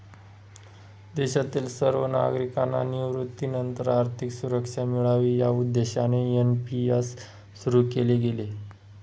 देशातील सर्व नागरिकांना निवृत्तीनंतर आर्थिक सुरक्षा मिळावी या उद्देशाने एन.पी.एस सुरु केले गेले